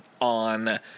on